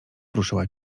prószyła